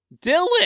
Dylan